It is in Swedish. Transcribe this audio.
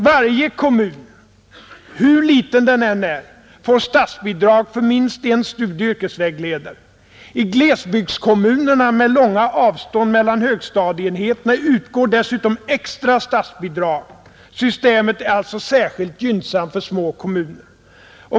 Varje kommun, hur liten den än är, får statsbidrag för minst en studieoch yrkesvägledare. I glesbygdskommunerna med långa avstånd mellan högstadieenheterna utgår dessutom extra statsbidrag. Systemet är alltså särskilt gynnsamt för små kommuner.